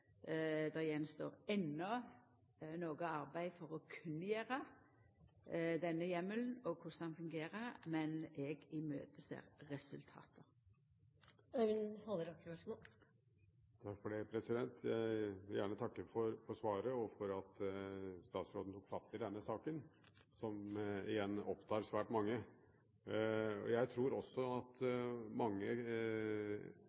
Det står enno noko arbeid att før ein kan kunngjera korleis denne heimelen fungerer, men eg ser fram mot resultata. Jeg vil gjerne takke for svaret og for at statsråden tok fatt i denne saken, som, igjen, opptar svært mange. Jeg tror også at